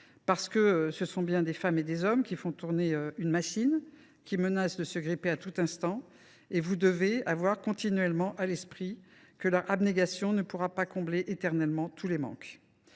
effet, ce sont bien des femmes et des hommes qui font tourner la machine et celle ci menace de se gripper à tout instant. Vous devez avoir continuellement à l’esprit que leur abnégation ne pourra pas combler éternellement tous les manques.